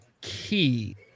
key